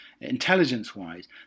intelligence-wise